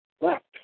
left